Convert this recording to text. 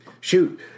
shoot